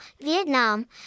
Vietnam